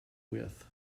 with